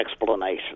explanation